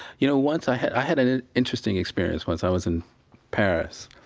you know, once i had i had an an interesting experience once. i was in paris,